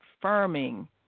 confirming